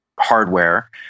hardware